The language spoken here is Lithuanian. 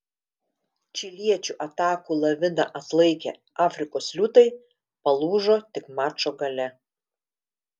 čiliečių atakų laviną atlaikę afrikos liūtai palūžo tik mačo gale